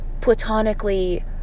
platonically